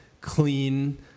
clean